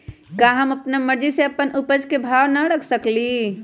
का हम अपना मर्जी से अपना उपज के भाव न रख सकींले?